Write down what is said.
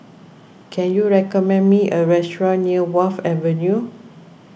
can you recommend me a restaurant near Wharf Avenue